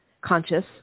conscious